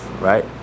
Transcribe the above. right